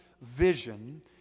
vision